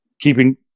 keeping